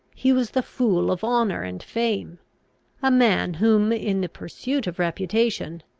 he was the fool of honour and fame a man whom, in the pursuit of reputation,